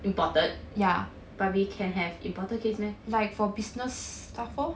imported yeah but we can have imported case meh